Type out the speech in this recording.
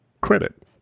credit